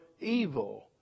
evil